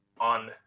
on